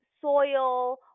soil